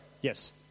Yes